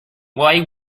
why